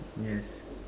yes